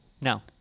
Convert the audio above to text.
No